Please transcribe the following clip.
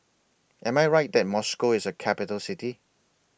Am I Right that Moscow IS A Capital City